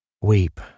weep